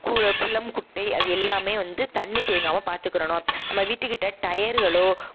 குளம் குட்டை அது எல்லாமே வந்து தண்ணி தேங்காமல் பார்த்துக்கிறணும் நம்ம வீட்டுக்கிட்டே டயர்களோ